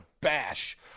bash